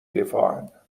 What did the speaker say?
دفاعن